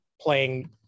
playing